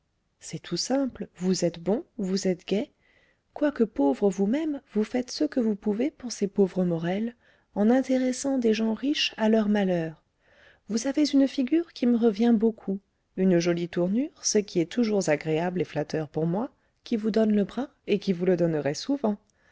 c'est tout simple vous êtes bon vous êtes gai quoique pauvre vous-même vous faites ce que vous pouvez pour ces pauvres morel en intéressant des gens riches à leur malheur vous avez une figure qui me revient beaucoup une jolie tournure ce qui est toujours agréable et flatteur pour moi qui vous donne le bras et qui vous le donnerai souvent